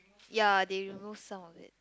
ya they remove some of it